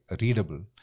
readable